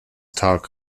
talk